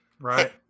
Right